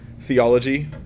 theology